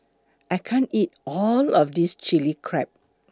I can't eat All of This Chili Crab